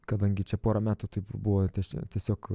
kadangi čia porą metų taip ir buvo tiesa tiesiog